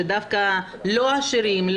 שדווקא לא עשירים,